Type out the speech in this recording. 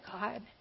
God